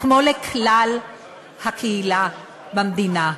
כמו לכלל הקהילה במדינה.